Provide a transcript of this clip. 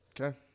Okay